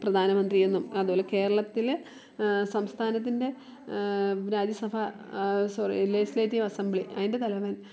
പ്രധാനമന്ത്രിയെന്നും അതുപോലെ കേരളത്തിൽ സംസ്ഥാനത്തിന്റെ രാജ്യസഭ സോറി ലെയ്സ്ലേറ്റീവ് അസമ്പ്ലി അതിന്റെ തലവൻ